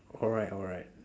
alright alright